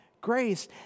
grace